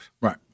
Right